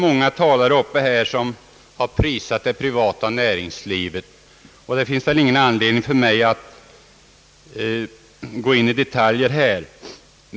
Många talare har varit uppe och prisat det privata näringslivet, och det finns väl ingen anledning för mig att gå in i detaljer här.